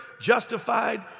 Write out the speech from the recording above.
justified